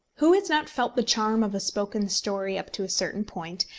who has not felt the charm of a spoken story up to a certain point,